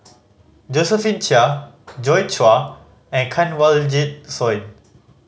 Josephine Chia Joi Chua and Kanwaljit Soin